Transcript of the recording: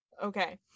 okay